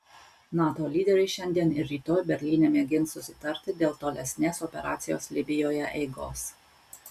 nato lyderiai šiandien ir rytoj berlyne mėgins susitarti dėl tolesnės operacijos libijoje eigos